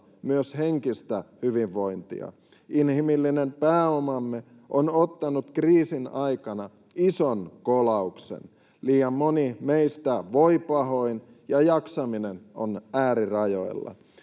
myös henkistä hyvinvointia. Inhimillinen pääomamme on ottanut kriisin aikana ison kolauksen. Liian moni meistä voi pahoin, ja jaksaminen on äärirajoilla.